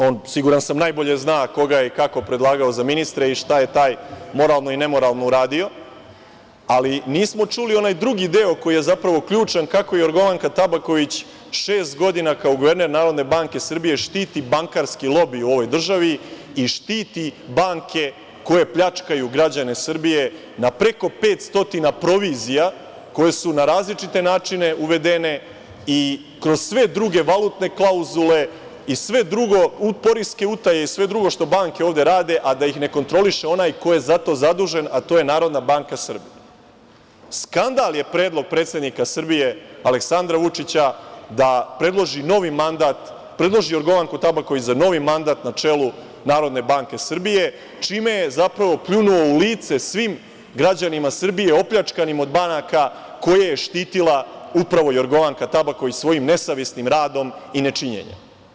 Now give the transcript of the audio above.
On siguran sam najbolje zna koga je i kako predlagao za ministre i šta je taj moralno i nemoralno uradio, ali nismo čuli onaj drugi deo, koji je zapravo ključan, kako Jorgovanka Tabaković, šest godina kao guverner NBS štiti bankarski lobi u ovoj državi i štiti banke koje pljačkaju građane Srbije na preko 500 provizija, koje su na različite načine uvedene, i kroz sve druge valutne klauzule, poreske utaje, i sve drugo što banke ovde rade, a da ih ne kontroliše onaj ko je za to zadužen, a to je NBS: Skandal je predlog predsednika Srbije Aleksandra Vučića, da predloži Jorgovanku Tabakovć za novi mandat na čelu NBS, čime je zapravo pljunuo u lice svim građanima Srbije opljačkanim od banaka, koje je štitila upravo Jorgovanka Tabaković, svojim nesavesnim radom i nečinjenjem.